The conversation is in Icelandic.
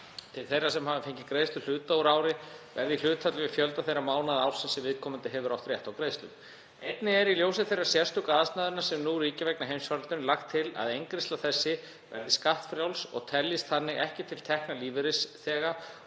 til þeirra sem hafa fengið greiðslur hluta úr ári verði í hlutfalli við fjölda þeirra mánaða ársins sem viðkomandi hefur átt rétt á greiðslum. Einnig er, í ljósi þeirra sérstöku aðstæðna sem nú ríkja vegna heimsfaraldursins, lagt til að eingreiðsla þessi verði skattfrjáls og teljist þannig ekki til tekna lífeyrisþega